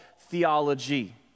theology